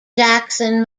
jackson